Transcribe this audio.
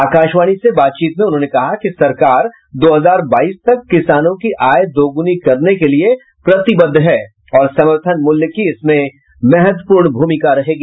आकाशवाणी से बातचीतमें उन्होंने कहा कि सरकार दो हजार बाईस तक किसानों की आय दोगुनी करने के लिए प्रतिबद्ध है और समर्थन मूल्य की इसमें महत्वपूर्ण भूमिका रहेगी